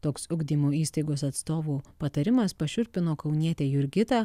toks ugdymo įstaigos atstovų patarimas pašiurpino kaunietę jurgitą